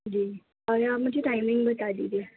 جی اور آپ مجھے ٹائمنگ بتا دیجئے